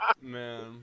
Man